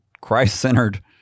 Christ-centered